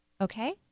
Okay